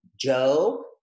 Joe